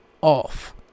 off